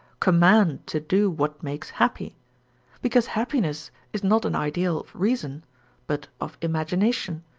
command to do what makes happy because happiness is not an ideal of reason but of imagination,